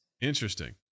Interesting